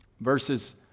Verses